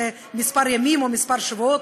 זה כמה ימים או כמה שבועות,